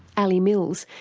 ali mills.